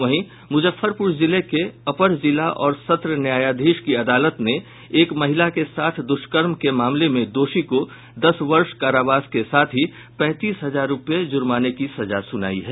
वहीं मुजफ्फरपुर जिले के अपर जिला और सत्र न्यायाधीश की अदालत ने एक महिला के साथ दुष्कर्म के मामले में दोषी को दस वर्ष कारावास के साथ ही पैंतीस हजार रुपये जुर्माने की सजा सुनाई है